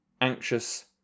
anxious